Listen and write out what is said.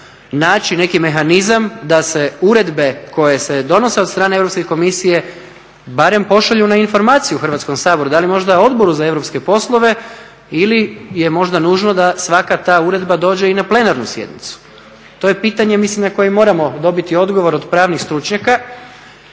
naći neki mehanizam da se uredbe koje se donose od strane Europske komisije barem pošalju na informaciju Hrvatskom saboru, da li možda Odboru za europske poslove ili je možda nužno da svaka ta uredba dođe i na plenarnu sjednicu. To je pitanje mislim na koje moramo dobiti odgovor od pravnih stručnjaka.